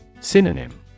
Synonym